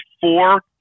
four